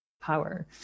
power